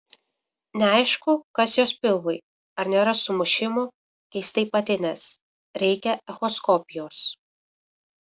neaišku kas jos pilvui ar nėra sumušimų keistai patinęs reikia echoskopijos